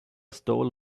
stole